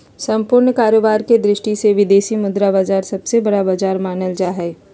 सम्पूर्ण कारोबार के दृष्टि से विदेशी मुद्रा बाजार सबसे बड़ा बाजार मानल जा हय